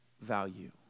value